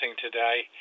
today